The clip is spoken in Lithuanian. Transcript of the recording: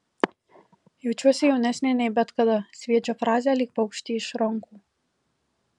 jaučiuosi jaunesnė nei bet kada sviedžia frazę lyg paukštį iš rankų